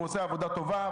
והוא עושה עבודה טובה,